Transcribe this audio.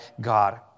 God